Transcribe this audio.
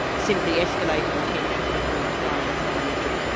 simply escalating the tension between science and religion,